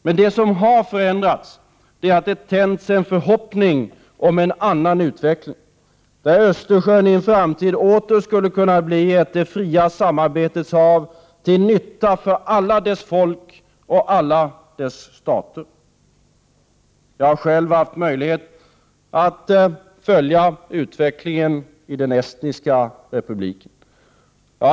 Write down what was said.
Men det som har förändrats är att det tänts en förhoppning om en annan utveckling, där Östersjön i en framtid åter skulle kunna bli ett det fria samarbetets hav, till nytta för alla dess folk och alla dess stater. Jag har själv haft möjlighet att följa utvecklingen i den estniska republiken.